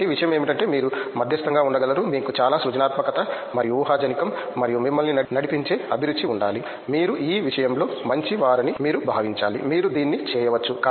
కాబట్టి విషయం ఏమిటంటే మీరు మధ్యస్థంగా ఉండగలరు మీకు చాలా సృజనాత్మకత మరియు ఊహజనికం మరియు మిమ్మల్ని నడిపించే అభిరుచి ఉండాలి మీరు ఈ విషయంలో మంచివారని మీరు భావించాలి మీరు దీన్ని చేయవచ్చు